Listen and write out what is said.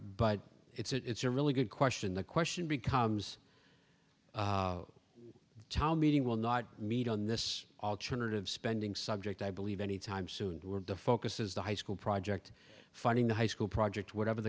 but it's a really good question the question becomes town meeting will not meet on this alternative spending subject i believe any time soon were the focus is the high school project funding the high school project whatever